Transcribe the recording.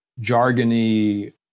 jargony